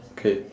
okay